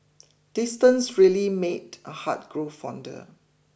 distance really made a heart grow fonder